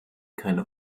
keine